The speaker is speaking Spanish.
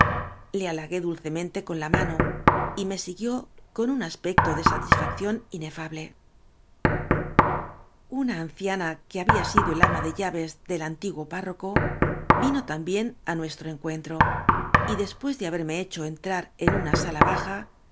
le halagué dulcemente con la mano y me siguió con un aspecto de satisfaccióa inefable uaa anciana que habfa sido el ama de liares del antiguo párroco vino también á nuestro encuen tro y después de hat erme hecho entrar en una sala baia